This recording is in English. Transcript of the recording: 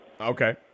Okay